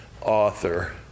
author